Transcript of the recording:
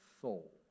soul